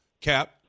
Cap